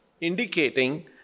indicating